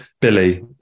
Billy